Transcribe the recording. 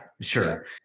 sure